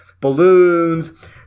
balloons